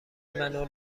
منو